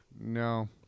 no